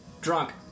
Drunk